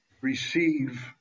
receive